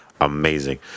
amazing